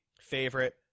favorite